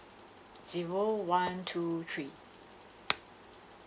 zero one two three